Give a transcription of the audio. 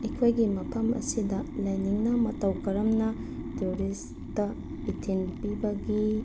ꯑꯩꯈꯣꯏꯒꯤ ꯃꯐꯝ ꯑꯁꯤꯗ ꯂꯥꯏꯅꯤꯡꯅ ꯃꯇꯧ ꯀꯔꯝꯅ ꯇꯧꯔꯤꯁꯇ ꯏꯊꯤꯟ ꯄꯤꯕꯒꯤ